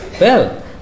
Well